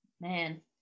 Man